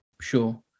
Sure